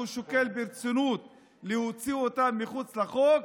שהוא שוקל ברצינות להוציא אותם מחוץ לחוק,